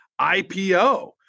IPO